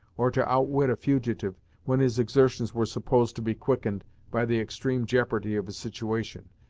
or to outwit a fugitive, when his exertions were supposed to be quickened by the extreme jeopardy of his situation,